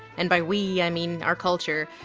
and by we i mean our culture.